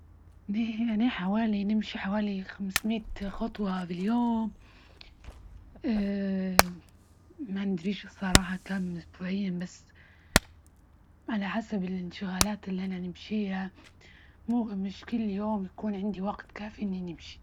أنى- أنى حوالي نمشي حوالي خمسة مائة خطوة باليوم ما ندريش الصراحة، كم أسبوعين بس، على حسب الانشغالات اللي انا نمشيها مو مش كل يوم يكون عندي وقت كافي اني نمشي.